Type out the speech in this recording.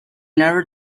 never